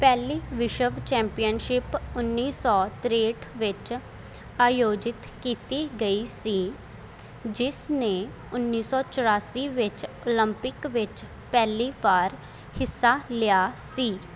ਪਹਿਲੀ ਵਿਸ਼ਵ ਚੈਂਪੀਅਨਸ਼ਿਪ ਉੱਨੀ ਸੌ ਤ੍ਰੇਂਹਠ ਵਿੱਚ ਆਯੋਜਿਤ ਕੀਤੀ ਗਈ ਸੀ ਜਿਸ ਨੇ ਉੱਨੀ ਸੌ ਚੁਰਾਸੀ ਵਿੱਚ ਓਲੰਪਿਕ ਵਿੱਚ ਪਹਿਲੀ ਵਾਰ ਹਿੱਸਾ ਲਿਆ ਸੀ